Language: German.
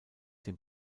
dem